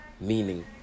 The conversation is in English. meaning